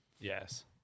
Yes